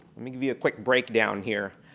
let me give you a quick breakdown here.